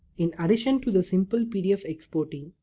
in addition to the simple pdf exporting,